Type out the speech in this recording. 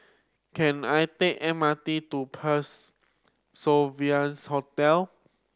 can I take M R T to Parc Sovereigns Hotel